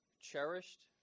cherished